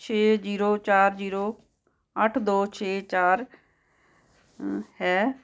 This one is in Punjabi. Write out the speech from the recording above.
ਛੇ ਜੀਰੋ ਚਾਰ ਜੀਰੋ ਅੱਠ ਦੋ ਛੇ ਚਾਰ ਹੈ